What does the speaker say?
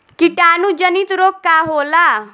कीटाणु जनित रोग का होला?